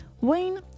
Wayne